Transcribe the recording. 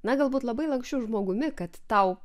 na galbūt labai lanksčiu žmogumi kad tau